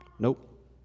Nope